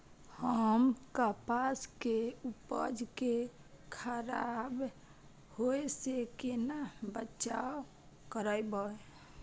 हम कपास के उपज के खराब होय से केना बचाव करबै?